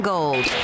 Gold